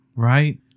Right